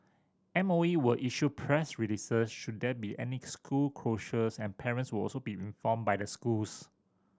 M O E will issue press releases should there be any school closures and parents will also be informed by the schools